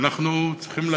ואנחנו צריכים,